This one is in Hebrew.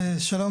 שלום,